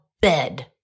bed